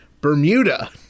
Bermuda